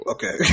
Okay